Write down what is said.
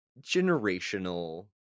generational